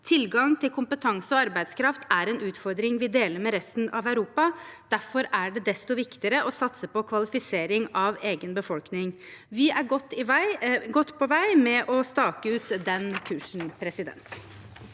Tilgang til kompetanse og arbeidskraft er en utfordring vi deler med resten av Europa. Derfor er det desto viktigere å satse på kvalifisering av egen befolkning. Vi er godt på vei med å stake ut den kursen. Kari-Anne